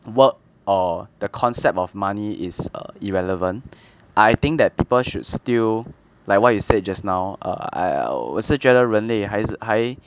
work or the concept of money is err irrelevant I think that people should still like what you said just now err 我是觉得人类还是还